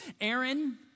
Aaron